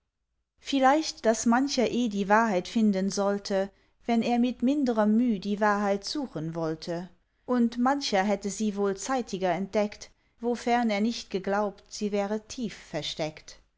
vielleicht daß mancher eh die wahrheit finden sollte wenn er mit mindrer müh die wahrheit suchen wollte und mancher hätte sie wohl zeitiger entdeckt wofern er nicht geglaubt sie wäre tief versteckt